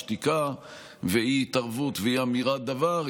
שתיקה ואי-התערבות ואי-אמירת דבר,